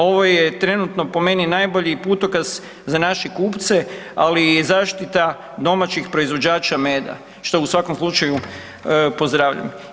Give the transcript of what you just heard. Ovo je po meni najbolji putokaz za naše kupce, ali i zaštita domaćih proizvođača meda što u svakom slučaju pozdravljam.